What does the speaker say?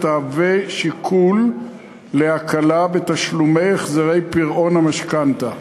תהווה שיקול להקלה בתשלומי החזרי פירעון המשכנתה.